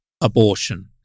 abortion